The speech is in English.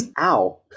ow